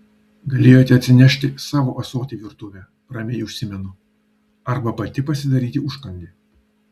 galėjote atsinešti savo ąsotį į virtuvę ramiai užsimenu arba pati pasidaryti užkandį